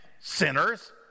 sinners